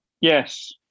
Yes